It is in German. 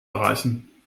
erreichen